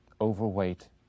overweight